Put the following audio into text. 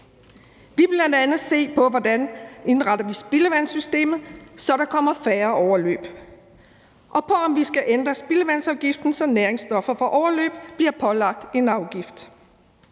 vil bl.a. se på, hvordan vi indretter spildevandssystemet, så der kommer færre overløb, og på, om vi skal ændre spildevandsafgiften, så der i forbindelse med næringsstoffer fra overløb bliver pålagt en afgift.